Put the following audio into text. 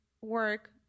work